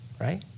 right